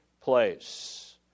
place